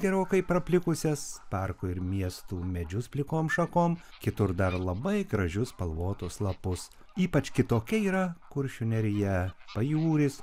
gerokai praplikusias parkų ir miestų medžius plikom šakom kitur dar labai gražius spalvotus lapus ypač kitokia yra kuršių nerija pajūris